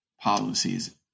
policies